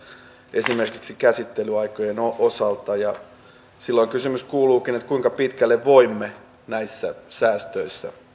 esimerkiksi käsittelyaikojen osalta silloin kysymys kuuluukin kuinka pitkälle voimme näissä säästöissä